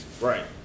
Right